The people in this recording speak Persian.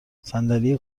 صندلی